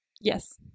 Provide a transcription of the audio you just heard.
Yes